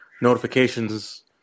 notifications